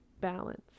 balance